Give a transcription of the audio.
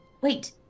wait